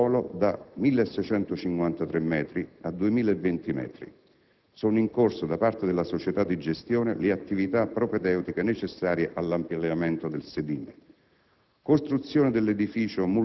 prolungamento della pista di volo da 1.653 metri a 2.020 metri (sono in corso da parte della società di gestione le attività propedeutiche necessarie all'ampliamento del sedime);